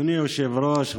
אדוני היושב-ראש,